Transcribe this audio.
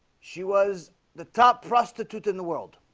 she was the top prostitute in the world